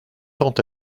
tant